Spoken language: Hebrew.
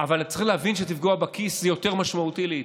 אבל צריכים להבין שלפגוע בכיס זה יותר משמעותי לעיתים.